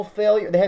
failure